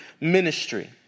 ministry